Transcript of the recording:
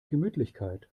gemütlichkeit